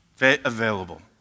available